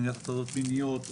מניעת הטרדות מיניות.